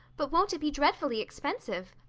but won't it be dreadfully expensive?